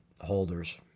holders